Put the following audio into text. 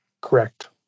Correct